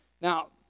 Now